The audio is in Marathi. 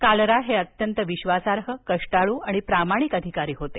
कालरा हे अत्यंत विश्वासार्ह कष्टाळू आणि प्रमाणिक अधिकारी होते